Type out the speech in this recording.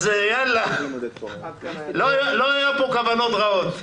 אז לא היו פה כוונות רעות.